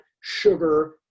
sugar